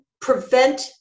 prevent